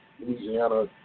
Louisiana